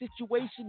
situation